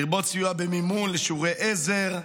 לרבות סיוע במימון לשיעורי עזר,